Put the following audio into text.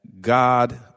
God